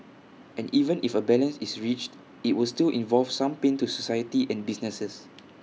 and even if A balance is reached IT will still involve some pain to society and businesses